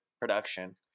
production